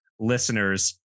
Listeners